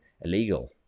illegal